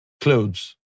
clothes